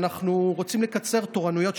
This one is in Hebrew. אנחנו רוצים לקצר תורנויות,